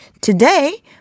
today